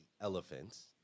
elephants